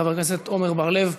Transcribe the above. חבר הכנסת עמר בר-לב.